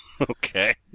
Okay